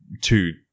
two